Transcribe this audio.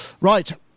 right